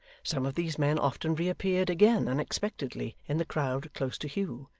some of these men often reappeared again unexpectedly in the crowd close to hugh,